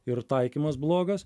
ir taikymas blogas